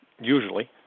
usually